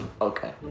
okay